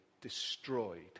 destroyed